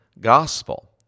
gospel